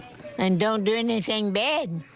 and don't do anything bad.